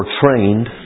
trained